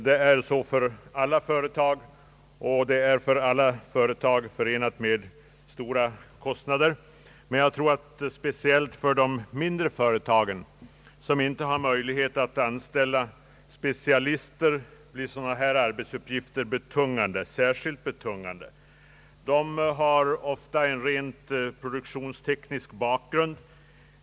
Det är så för alla företag och det är för företagen förenat med stora kostnader. Men jag tror att speciellt för de mindre företagen som inte har möjligheter att anställa specialister blir sådana här arbetsuppgifter särskilt betungande. De har ofta en rent produktionsteknisk bakgrund.